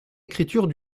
écriture